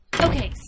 Okay